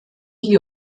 die